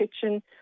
kitchen